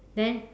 then